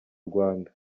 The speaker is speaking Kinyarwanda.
rwanda